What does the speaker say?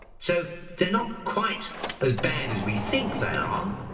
so they're not quite as bad as we think they are.